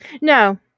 No